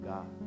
God